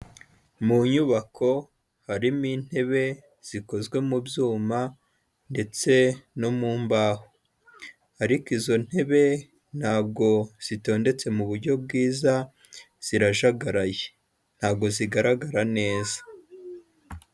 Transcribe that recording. Mu nyubako harimo intebe zikozwe mu byuma ndetse no mu mbaho, ariko izo ntebe ntabwo zitondetse mu buryo bwiza, zirajagaraye ntabwo zigaragara neza.